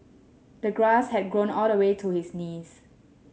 the grass had grown all the way to his knees